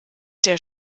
der